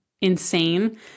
insane